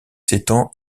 s’étend